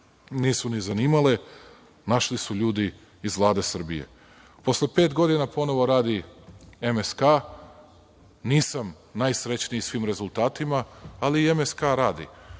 nisu ni zanimale, našli su ljudi iz Vlade Srbije. Posle pet godina ponovo radi MSK, nisam najsrećniji svim rezultatima, ali MSK radi.